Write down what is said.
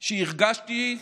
שהרגשתי,